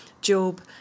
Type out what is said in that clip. Job